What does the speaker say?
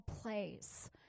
place